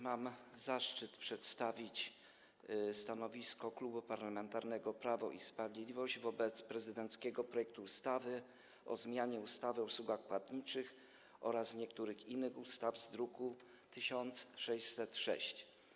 Mam zaszczyt przedstawić stanowisko Klubu Parlamentarnego Prawo i Sprawiedliwość wobec prezydenckiego projektu ustawy o zmianie ustawy o usługach płatniczych oraz niektórych innych ustaw, druk nr 1606.